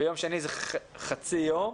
ביום שני זה חצי יום,